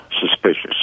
suspicious